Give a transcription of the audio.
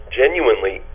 genuinely